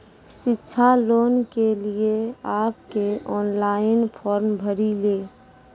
शिक्षा लोन के लिए आप के ऑनलाइन फॉर्म भरी ले?